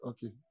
Okay